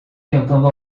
tentando